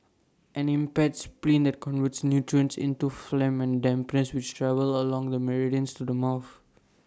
an impaired spleen then converts nutrients into phlegm and dampness which travel along the meridians to the mouth